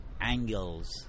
angles